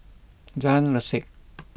Jalan Resak